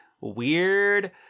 weird